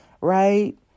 right